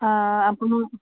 আপুনি